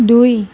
দুই